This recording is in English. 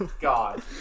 God